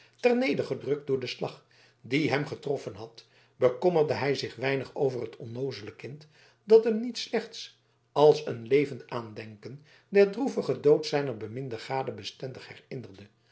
ter neder gedrukt door den slag die hem getroffen had bekommerde hij zich weinig over het onnoozele kind dat hem niet slechts als een levend aandenken den droevigen dood zijner beminde gade bestendig